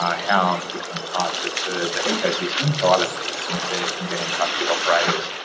ah how different parts of the the ecosystem, so other participants there can get in touch with operators.